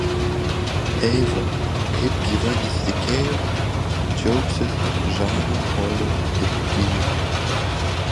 eiva kaip gyva nesitikėjo kad džiaugsis žano polio draugija